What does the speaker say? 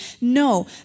no